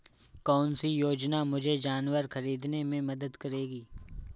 कौन सी योजना मुझे जानवर ख़रीदने में मदद करेगी?